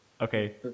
Okay